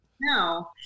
No